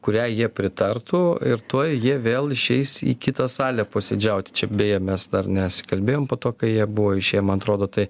kurią jie pritartų ir tuoj jie vėl išeis į kitą salę posėdžiauti čia beje mes dar nesikalbėjom po to kai jie buvo išėję man atrodo tai